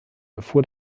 erfuhr